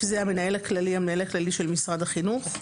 זה- "המנהל הכללי" המנהל הכללי של משרד החינוך,